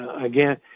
again